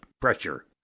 pressure